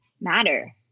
matter